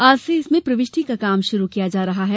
आज से इसमें प्रविष्टि का काम शुरू किया जा रहा है